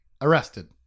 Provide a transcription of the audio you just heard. arrested